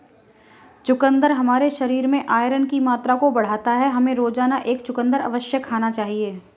चुकंदर हमारे शरीर में आयरन की मात्रा को बढ़ाता है, हमें रोजाना एक चुकंदर अवश्य खाना चाहिए